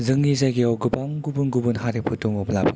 जोंनि जायगायाव गोबां गुबुन गुबुन हारिफोर दङब्लाबो